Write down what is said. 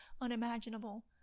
unimaginable